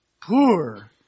poor